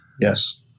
Yes